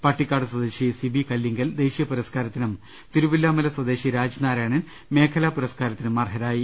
പട്ടിക്കാട് സ്വദേശി സിബി കല്ലിങ്കൽ ദേശീയ പുര സ്കാരത്തിനും തിരുവിലാമല സ്വദേശി രാജ്നാരായണൻ മേഖലാ പുര സ്കാരത്തിനും അർഹരായി